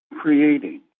creating